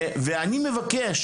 אני מבקש,